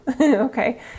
okay